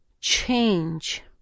change